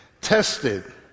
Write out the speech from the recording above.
tested